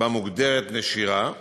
שבה מוגדרת נשירה.